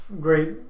great